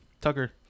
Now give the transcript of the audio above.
Tucker